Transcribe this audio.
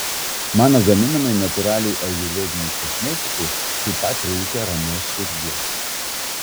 mano gaminamai natūraliai ajurvedinei kosmetikai taip pat reikia ramios širdies